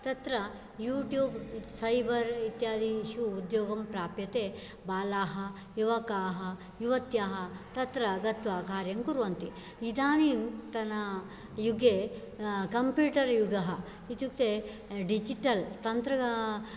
तत्र YouTube cyber इत्यादीषु उद्योगं प्राप्यते बालाः युवकाः युवत्याः तत्र गत्वा कार्यं कुर्वन्ति इदानीं तना युगे कम्प्यूटर् युगः इत्युक्ते डिजिटल् तन्त्र